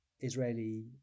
Israeli